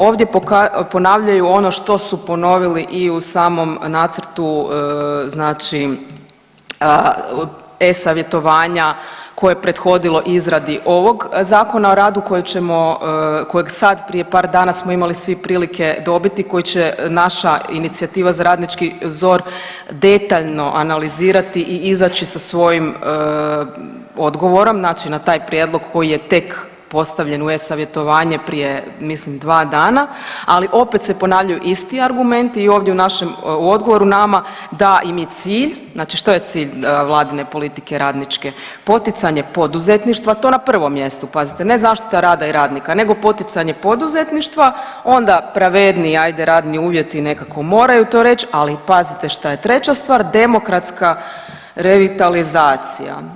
Ovdje ponavljaju ono što su ponovili i u samom nacrtu znači e-Savjetovanja koje je prethodilo izradi ovog ZOR-a koje ćemo, kojeg sad prije par dana smo imali svi prilike dobiti, koje će naša inicijativa za radnički ZOR detaljno analizirati i izaći sa svojim odgovorom, znači na taj prijedlog koji je tek postavljen u e-Savjetovanje, prije mislim 2 dana, ali opet se ponavljaju isti argumenti i ovdje u našem, u odgovoru nama da im je cilj, znači što je cilj Vladine politike radničke, poticanje poduzetništva, to na prvom mjestu, pazite, ne zaštita rada i radnika nego poticanje poduzetništva, onda pravednije, ajde, radni uvjeti, nekako moraju to reći, ali pazite šta je treća stvar, demokratska revitalizacija.